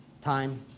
Time